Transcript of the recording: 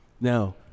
Now